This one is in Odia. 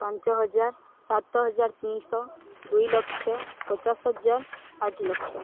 ପାଞ୍ଚ ହଜାର ସାତ ହଜାର ତିନିଶହ ଦୁଇ ଲକ୍ଷ ପଚାଶ ହଜାର ଆଠ ଲକ୍ଷ